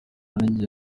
n’igihe